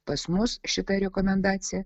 pas mus šita rekomendacija